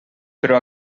però